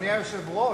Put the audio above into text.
אדוני היושב-ראש,